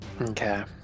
Okay